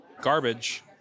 garbage